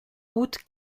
route